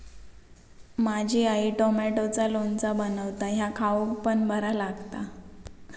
माझी आई टॉमॅटोचा लोणचा बनवता ह्या खाउक पण बरा लागता